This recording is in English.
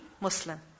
Muslim